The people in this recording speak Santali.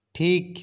ᱴᱷᱤᱠ